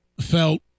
felt